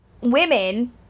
women